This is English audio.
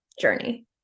journey